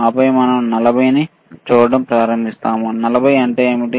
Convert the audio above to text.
ఆపై మనం 40 ని చూడటం ప్రారంభిస్తాము 40 అంటే ఏమిటి